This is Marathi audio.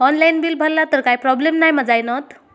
ऑनलाइन बिल भरला तर काय प्रोब्लेम नाय मा जाईनत?